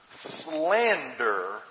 slander